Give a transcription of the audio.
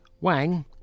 Wang